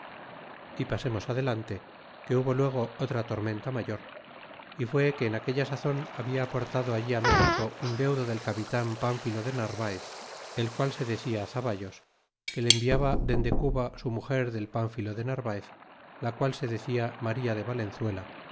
y pasemos adelante que hubo luego otra tormenta mayor y fué que en aquella sazon habia aportado allí méxico un deudo del capitan pánfilo de narvaez el qual se decía zavallos que le enviaba dende cuba su muger del pánfilo de narvaez la qual se decia maría de valenzuela